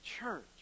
church